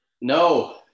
No